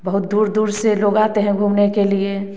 बहुत दूर दूर से लोग आते हैं घूमने के लिए